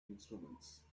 instruments